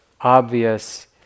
obvious